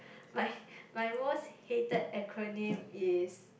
my my most hated acronym is